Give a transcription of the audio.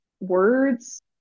words